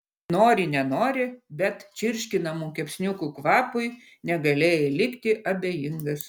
nori nenori bet čirškinamų kepsniukų kvapui negalėjai likti abejingas